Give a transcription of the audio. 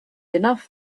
enough